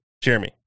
Jeremy